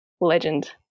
legend